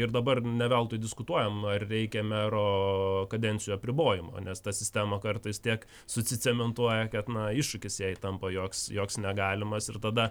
ir dabar ne veltui diskutuojam ar reikia mero kadencijų apribojimo nes ta sistema kartais tiek susicementuoja kad na iššūkis jai tampa joks joks negalimas ir tada